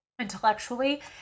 intellectually